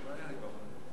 אדוני היושב-ראש,